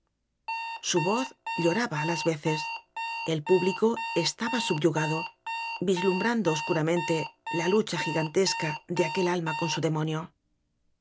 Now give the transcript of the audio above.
su voz lloraba a las veces el público es taba subyugado vislumbrando oscuramen te la lucha gigantesca de aquel alma con su demonio